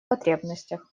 потребностях